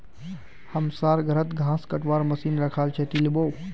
हमसर घरत घास कटवार मशीन रखाल छ, ती ले लिबो